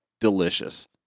Delicious